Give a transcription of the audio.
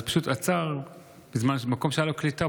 אז הוא עצר במקום שהייתה לו קליטה,